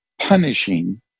punishing